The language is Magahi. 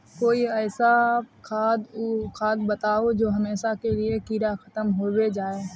कोई ऐसा खाद बताउ जो हमेशा के लिए कीड़ा खतम होबे जाए?